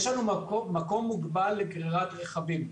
יש לנו מקום מוגבל לגרירת רכבים,